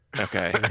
Okay